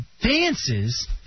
dances